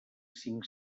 cinc